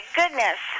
goodness